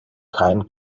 kein